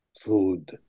food